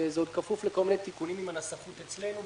זה עוד כפוף לכל מיני תיקונים עם הנסחות אצלנו.